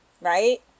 right